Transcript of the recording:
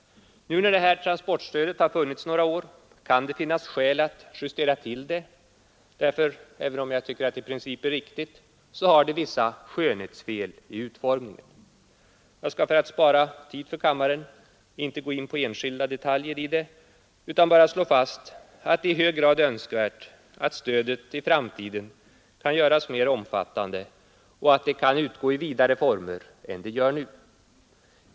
Nu när detta transportstöd funnits några år kan det finnas skäl att justera till det därför att det — även om jag tycker att det i princip är riktigt — har vissa skönhetsfel i utformningen. Jag skall för att spara tid för kammaren inte gå in på enskilda detaljer utan bara slå fast att det är i hög grad önskvärt att stödet i framtiden kan göras mer omfattande och att det kan utgå i vidare former än det nu gör.